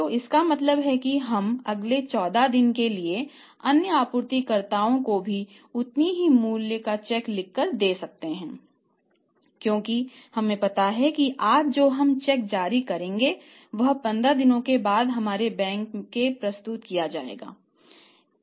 तो इसका मतलब है कि हम अगले 14 दिनों के लिए अन्य आपूर्तिकर्ताओं को भी उतनी ही मूल्य का चेक लिखते रह सकते हैं क्योंकि हमें पता है कि आज हम जो चेक जारी करेंगे वह 15 दिनों के बाद हमारे बैंक को प्रस्तुत किया जाएगा